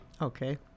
Okay